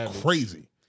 crazy